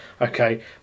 Okay